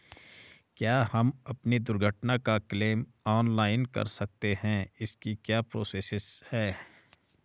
क्या हम अपनी दुर्घटना का क्लेम ऑनलाइन कर सकते हैं इसकी क्या प्रोसेस है?